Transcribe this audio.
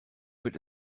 wird